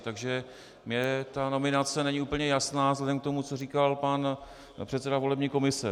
Takže mně ta nominace není úplně jasná vzhledem k tomu, co říkal pan předseda volební komise.